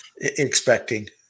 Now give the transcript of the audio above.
expecting